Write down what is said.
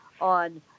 on